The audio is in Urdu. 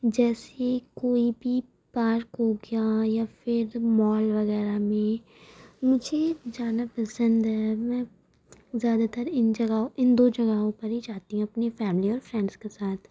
جیسی کوئی بھی پارک ہو گیا یا پھر مال وغیرہ میں مجھے جانا پسند ہے میں زیادہ تر ان جگہوں ان دو جگہوں پر ہی جاتی ہوں اپنی فیملی اور فرینڈس کے ساتھ